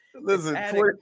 listen